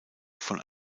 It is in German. von